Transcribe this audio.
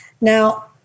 Now